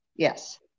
Yes